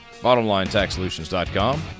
bottomlinetaxsolutions.com